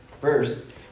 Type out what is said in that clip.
First